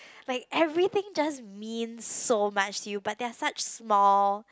like everything just mean so much to you but they're such small